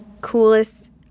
coolest